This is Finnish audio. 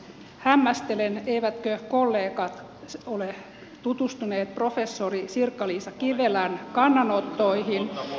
hämmästelen eivätkö kollegat ole tutustuneet professori sirkka liisa kivelän kannanottoihin